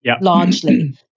largely